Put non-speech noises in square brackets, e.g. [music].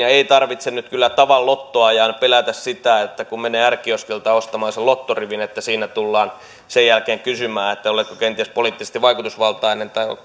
eikä tarvitse nyt kyllä tavan lottoajan pelätä kun menee r kioskilta ostamaan sen lottorivin että siinä tullaan sen jälkeen kysymään että oletko kenties poliittisesti vaikutusvaltainen tai [unintelligible]